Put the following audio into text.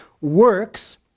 works